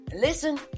listen